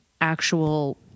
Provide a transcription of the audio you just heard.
actual